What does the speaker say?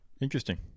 Interesting